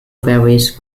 varies